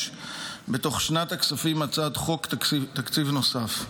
בתוך שנת הכספים הצעת חוק תקציב נוסף.